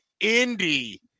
Indy